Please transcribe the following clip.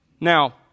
Now